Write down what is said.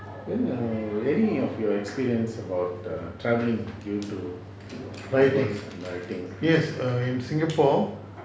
yes err in singapore